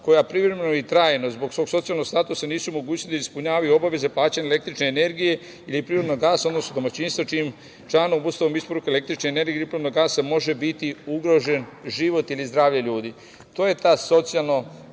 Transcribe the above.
koja privremeno i trajno zbog svog socijalnog statusa nisu u mogućnosti da ispunjavaju obaveze plaćanje električne energije ili prirodnog gasa, odnosno domaćinstva čijim članom obustavom isporuke električne energije i prirodnog gasa, može biti ugrožen život ili zdravlje ljudi. To je ta socijalno